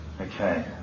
okay